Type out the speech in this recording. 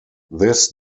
this